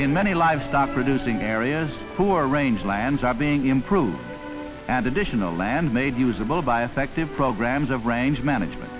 in many livestock producing areas poor range lands are being improved and additional land made usable by effective programs of range management